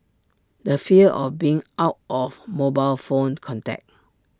the fear of being out of mobile phone contact